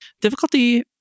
difficulty